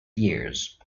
years